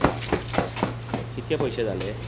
हां कितले पयशे जाले